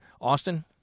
Austin